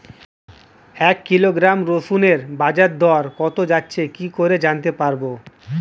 এক কিলোগ্রাম রসুনের বাজার দর কত যাচ্ছে কি করে জানতে পারবো?